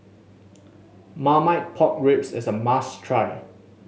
Marmite Pork Ribs is a must try